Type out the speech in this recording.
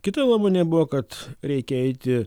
kita nuomonė buvo kad reikia eiti